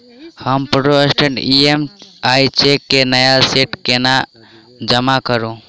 हम postdated EMI cheque केँ नया सेट केना जमा करू?